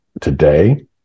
today